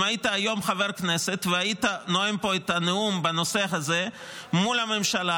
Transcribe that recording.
אם היית היום חבר כנסת והיית נואם פה נאום בנושא הזה מול הממשלה,